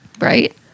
right